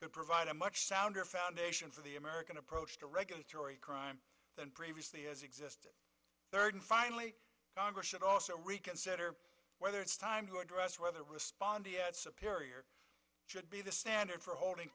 could provide a much sounder foundation for the american approach to regulatory crime than previously has existed third and finally congress should also reconsider whether it's time to address whether responded appear your should be the standard for holding